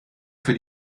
für